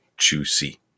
juicy